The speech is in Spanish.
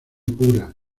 pura